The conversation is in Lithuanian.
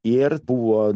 ir buvo